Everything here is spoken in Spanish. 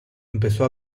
empezó